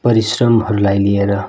परिश्रमहरूलाई लिएर